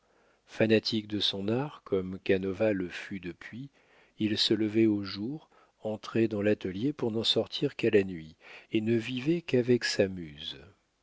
fanatique de son art comme canova le fut depuis il se levait au jour entrait dans l'atelier pour n'en sortir qu'à la nuit et ne vivait qu'avec sa muse